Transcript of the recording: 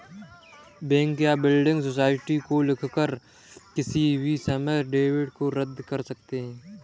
bank या building society को लिखकर किसी भी समय डेबिट को रद्द कर सकते हैं